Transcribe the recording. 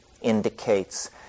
indicates